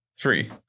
Three